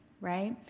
Right